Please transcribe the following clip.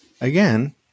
again